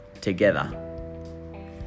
together